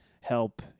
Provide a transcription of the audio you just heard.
help